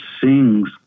sings